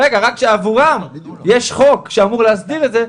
שעבורם יש חוק שאמור להסדיר את זה,